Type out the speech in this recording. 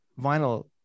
vinyl